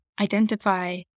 identify